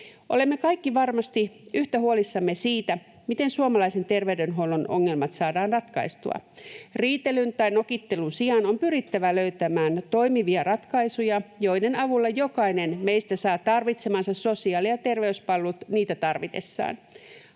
Olemme kaikki varmasti yhtä huolissamme siitä, miten suomalaisen terveydenhuollon ongelmat saadaan ratkaistua. Riitelyn tai nokittelun sijaan on pyrittävä löytämään toimivia ratkaisuja, joiden avulla jokainen meistä saa tarvitsemansa sosiaali- ja terveyspalvelut niitä tarvitessaan.